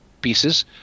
pieces